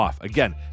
Again